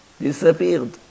disappeared